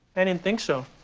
and and think so.